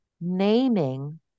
naming